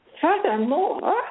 furthermore